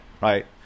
right